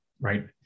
right